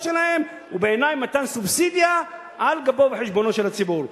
שלהם הוא בעיני מתן סובסידיה על גבו וחשבונו של הציבור.